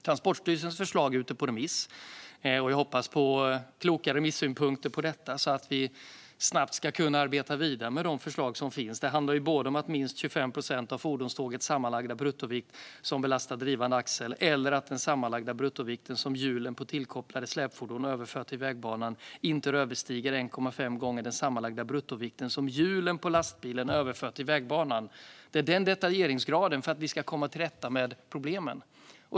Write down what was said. Transportstyrelsens förslag är ute på remiss, och jag hoppas på kloka remissynpunkter på detta så att vi snabbt ska kunna arbeta vidare med de förslag som finns. Det handlar om att minst 25 procent av fordonstågets sammanlagda bruttovikt som belastar drivande axel eller att den sammanlagda bruttovikten som hjulen på tillkopplade släpfordon överför till vägbanan inte överstiger 1,5 gånger den sammanlagda bruttovikten som hjulen på lastbilen överför till vägbanan. Det är detaljeringsgraden för att vi ska komma till rätta med problemen.